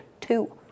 two